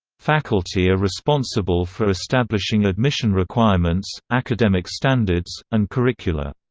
faculty are responsible for establishing admission requirements, academic standards, and curricula.